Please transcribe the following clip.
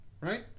right